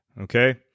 Okay